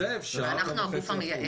אנחנו הגוף המייעץ.